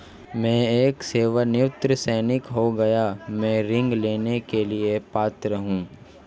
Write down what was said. मैं एक सेवानिवृत्त सैनिक हूँ क्या मैं ऋण लेने के लिए पात्र हूँ?